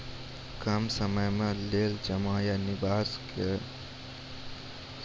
कम समय के लेल जमा या निवेश केलासॅ फायदा हेते या बेसी समय के लेल?